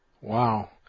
Wow